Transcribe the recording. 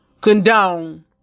condone